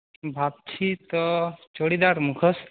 ভাবছি তো চড়িদার মুখোশ